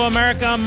America